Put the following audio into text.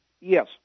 Yes